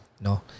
no